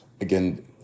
Again